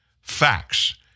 Facts